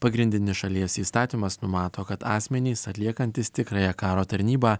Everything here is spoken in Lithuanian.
pagrindinis šalies įstatymas numato kad asmenys atliekantys tikrąją karo tarnybą